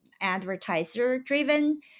advertiser-driven